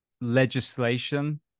legislation